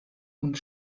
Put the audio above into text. und